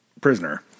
prisoner